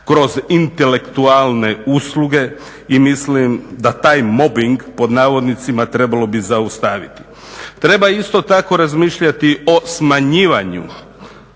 kroz intelektualne usluge i mislim da taj "mobing" trebalo bi zaustaviti. Treba isto tako razmišljati o smanjivanju